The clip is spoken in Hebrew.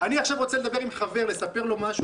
נתן צו לפייסבוק לסגור את האתר הזה,